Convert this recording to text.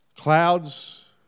clouds